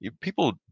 People